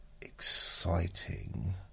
exciting